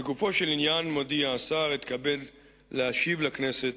לגופו של עניין מודיע השר: אתכבד להשיב לכנסת